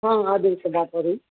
ہاں عادل سے بات ہو رہی